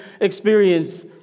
experience